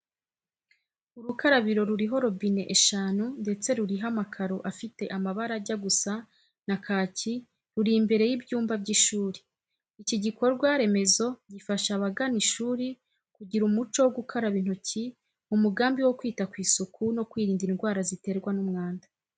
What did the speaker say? Urukarabiro ruriho robine eshanu ndetse ruriho n'amakaro afite amabara ajya gusa na kakiruri imbere y'ibyumba by'ishuri. Iki gikorwa remezo gifasha abagana ishuri kugira umuco wo gukaraba intoki mu mugambi wo kwita ku isuku no kwirinda indwara ziterwa n'umwanda.